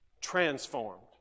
transformed